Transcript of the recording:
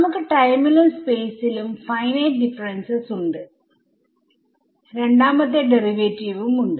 നമുക്ക് ടൈമിലും സ്പേസിലും ഫൈനൈറ്റ് ഡിഫറെൻസസ് ഉണ്ട് രണ്ടാമത്തെ ഡെറിവേറ്റീവും ഉണ്ട്